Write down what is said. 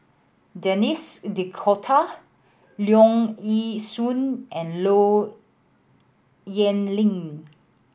Denis D'Cotta Leong Yee Soo and Low Yen Ling